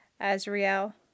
Azrael